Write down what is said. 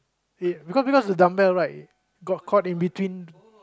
it because because the dumbbell right got caught in between